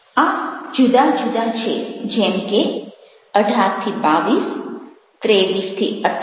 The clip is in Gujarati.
આ જુદા જુદા છે જેમ કે 18 22 23 28 29 30